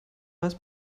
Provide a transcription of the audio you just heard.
weiß